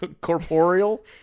Corporeal